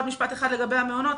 עוד משפט אחד לגבי המעונות.